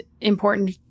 important